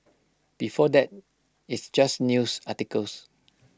before that it's just news articles